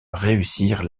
réussir